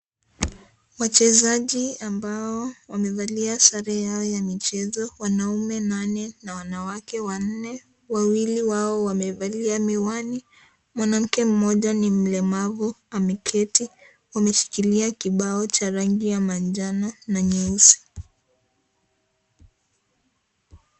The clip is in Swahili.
Wachezaji ambao wamevalia sare yao ya michezo; wanaume nane na wanawake wanne Wawili wao wamevalia miwani. Mwanamke mmoja ni mlemavu, ameketi. Wameshikilia kibao cha rangi ya manjano na nyeusi.